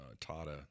Tata